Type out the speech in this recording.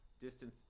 distance